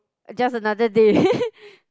just another day